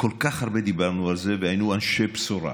דיברנו עליו כל כך הרבה והיינו אנשי בשורה,